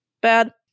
bad